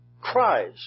cries